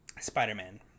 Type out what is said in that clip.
spider-man